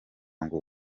ngo